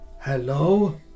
Hello